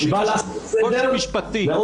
זה יותר קושי משפטי.